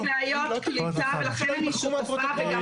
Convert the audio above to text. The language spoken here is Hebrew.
היו לי בעיות קליטה ולכן אני שותפה וגם